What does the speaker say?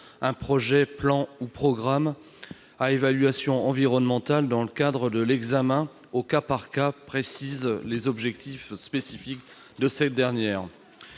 un projet, plan ou programme à évaluation environnementale, dans le cadre de l'examen au cas par cas, précise les objectifs spécifiques de cette dernière.